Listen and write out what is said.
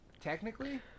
Technically